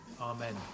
Amen